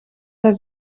hij